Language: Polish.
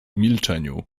milczeniu